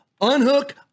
Unhook